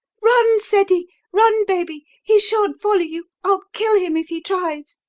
run, ceddie run, baby! he shan't follow you i'll kill him if he tries!